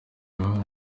wahawe